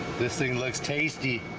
this thing looks tasty